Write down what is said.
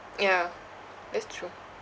yeah that's true